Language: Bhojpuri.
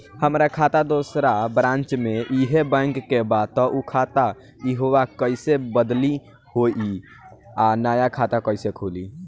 हमार खाता दोसर ब्रांच में इहे बैंक के बा त उ खाता इहवा कइसे बदली होई आ नया खाता कइसे खुली?